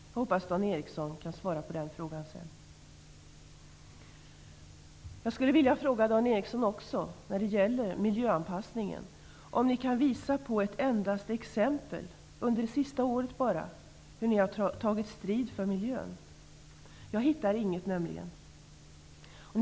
Jag hoppas att Dan Ericsson i Kolmården kan svara på den frågan. Kolmården om han kan visa ett enda exempel på att kds under det senaste året har tagit strid för miljön. Jag hittar nämligen inget sådant exempel.